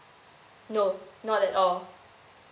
no not at all